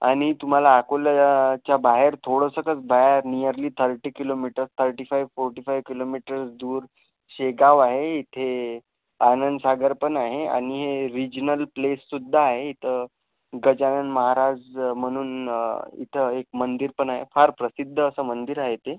आणि तुमाला अकोल्याच्या बाहेर थोडंसंकच बाहेर nearly thirty kilometre thirty five forty five kilometre दूर शेगाव आहे इथे आनंद सागरपण आहे आणि रिजनल प्लेससुद्धा आहे इथं गजानन महाराज म्हनून इथं एक मंदिरपन आहे फार प्रसिद्ध असं मंदिर आहे ते